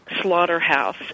slaughterhouse